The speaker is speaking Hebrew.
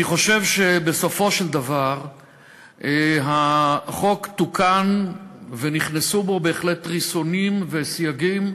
אני חושב שבסופו של דבר החוק תוקן ונכנסו בו בהחלט ריסונים וסייגים,